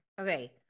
Okay